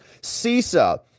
CISA